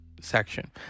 section